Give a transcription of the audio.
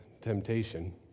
temptation